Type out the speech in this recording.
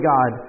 God